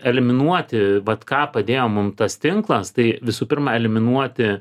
eliminuoti vat ką padėjo mum tas tinklas tai visų pirma eliminuoti